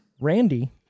Randy